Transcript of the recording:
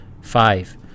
Five